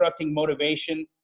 motivation